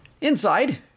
inside